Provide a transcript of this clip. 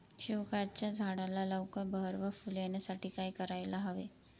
शेवग्याच्या झाडाला लवकर बहर व फूले येण्यासाठी काय करायला हवे?